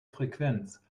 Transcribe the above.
frequenz